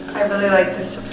i really liked this